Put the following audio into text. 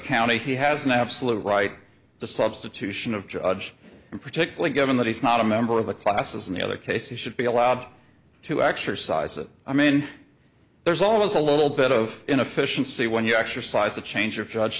county he has an absolute right to substitution of judge particularly given that he's not a member of the classes and the other cases should be allowed to exercise it i mean there's always a little bit of inefficiency when you exercise a change of judge